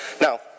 Now